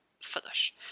finish